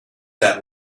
that